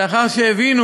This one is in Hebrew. לאחר שהבינו